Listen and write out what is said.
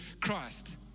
Christ